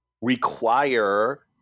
require